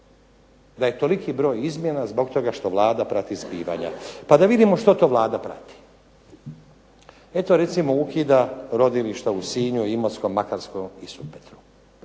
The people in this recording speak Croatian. da je toliki broj izmjena zbog toga što Vlada prati zbivanja. Pa da vidimo što to Vlada prati. Eto recimo ukida rodilišta u Sinju, Imotskoj, Makarskoj i Supetru.